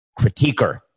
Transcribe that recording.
critiquer